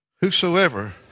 whosoever